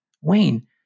Wayne